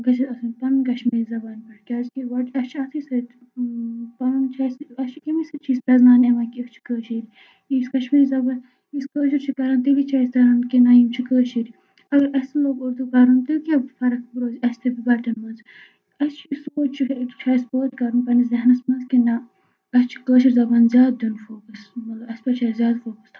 گَژھِ آسُٕنۍ پَنُن کَشمیٖری زَبانہِ پٮ۪ٹھ کیٛاز بہٕ ون اَسہِ چھِ اَتھٕے سۭتۍ پَنُن چھُ اَسہِ اَسہِ چھِ امی سۭتۍ چھِ أسۍ پرزناونہٕ یِوان کہِ أسۍ چھِ کٲشِر یُس کَشمیری زَبان یُس کٲشُر چھِ کَران تیٚلی چھِ یِم چھِ کٲشِرۍ اَگر اَسہِ تہِ لوگ اردو کَرُن تیٚلہِ کیٛاہ فرق روزِ اَسہِ تہِ بَٹن منٛز اَسہِ چھِ ذہنَس منٛز کہِ نہ اَسہِ چھِ کٲشِر زَبان زیادٕ دیُن فوکس مطلب اَسہِ زیادٕ فوکَس تھاوُن